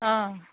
অঁ